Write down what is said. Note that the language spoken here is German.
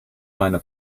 meine